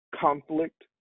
conflict